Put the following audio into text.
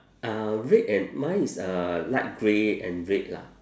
uh red and mine is uh light grey and red lah